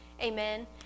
Amen